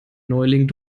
neuling